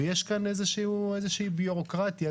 יש כאן איזושהי ביורוקרטיה,